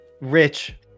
rich